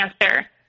answer